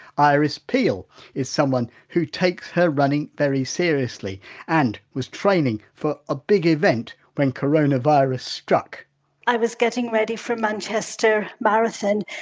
iris peal is someone who takes her running very seriously and was training for a big event when coronavirus struck i was getting ready for a manchester marathon,